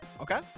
Okay